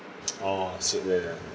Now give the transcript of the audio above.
oh so